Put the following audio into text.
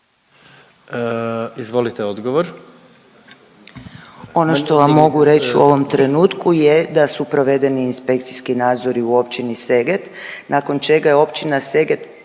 Anita** Ono što vam mogu reći u ovom trenutku je da su provedeni inspekcijski nadzori u općini Seget nakon čega je općina Seget